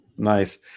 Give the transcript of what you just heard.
Nice